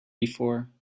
before